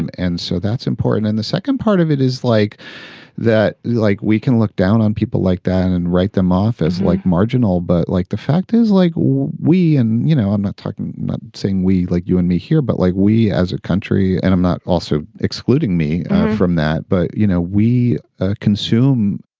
and and so that's important. in the second part of it is like that, like we can look down on people like that and write them off as like marginal. but like, the fact is, like we and, you know, i'm not talking saying we like you and me here, but like we as a country. and i'm not also excluding me from that. but, you know, we ah consume.